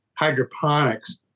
Hydroponics